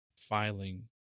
filing